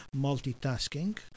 multitasking